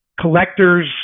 collectors